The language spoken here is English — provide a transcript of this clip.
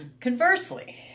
Conversely